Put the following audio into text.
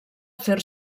fer